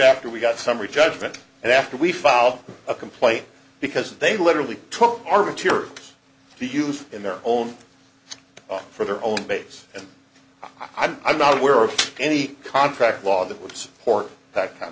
after we got summary judgment and after we filed a complaint because they literally took our material to use in their own for their own base and i'm not aware of any contract law that would support that kind